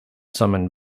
summoned